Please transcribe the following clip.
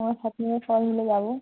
আমার ছাত্রীরা সবাই মিলে যাবো